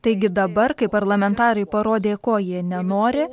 taigi dabar kai parlamentarai parodė ko jie nenori